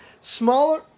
Smaller